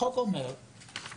החוק אומר שבגז